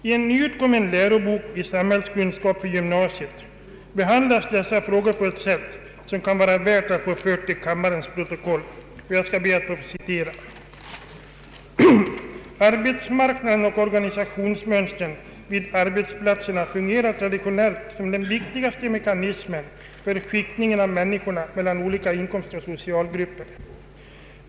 I en nyutkommen lärobok i samhällskunskap för gymnasiet behandlas dessa frågor på ett sätt som det kan vara värt att få till kammarens protokoll: ”Arbetsmarknaden och organisationsmönstren vid arbetsplatserna fungerar traditionellt som den viktigaste mekanismen för skiktningen av människorna mellan olika inkomstoch socialgrupper.